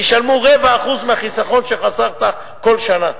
ישלמו 0.25% מהחיסכון שחסכת כל שנה.